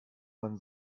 man